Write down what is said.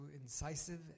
incisive